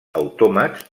autòmats